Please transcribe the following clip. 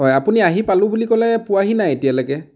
হয় আপুনি আহি পালোঁ বুলি ক'লে পোৱাহি নাই এতিয়ালৈকে